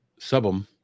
Subum